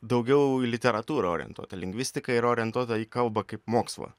daugiau į literatūrą orientuota lingvistika ir orientuota į kalbą kaip mokslą